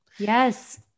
Yes